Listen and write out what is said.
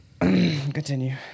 Continue